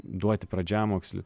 duoti pradžiamokslį